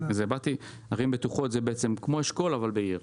ערים בטוחות זה כמו אשכול, אבל בעיר.